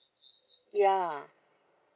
ya